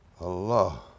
Allah